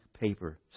paper